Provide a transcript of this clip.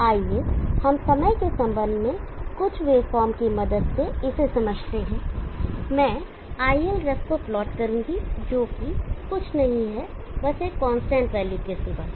आइए हम समय के संबंध में कुछ वेवफॉर्म की मदद से इसे समझते हैं मैं iLref को प्लॉट करूंगा जोकि कुछ नहीं है बस एक कांस्टेंट DC वैल्यू के सिवाय